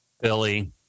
Billy